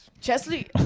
Chesley